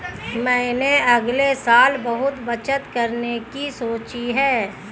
मैंने अगले साल बहुत बचत करने की सोची है